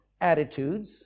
attitudes